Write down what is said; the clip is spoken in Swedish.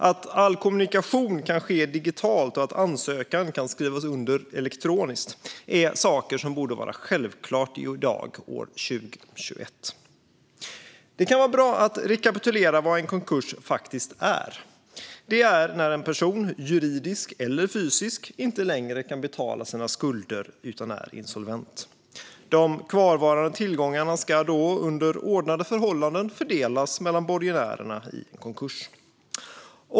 Att all kommunikation kan ske digitalt och att ansökan kan skrivas under elektroniskt är sådant som borde vara självklart år 2021. Det kan vara bra att rekakapitulera vad en konkurs faktiskt är. Det är när en person, juridisk eller fysisk, inte längre kan betala sina skulder utan är insolvent. De kvarvarande tillgångarna ska då under ordnade förhållanden fördelas mellan borgenärerna.